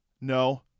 no